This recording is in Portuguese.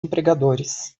empregadores